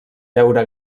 veure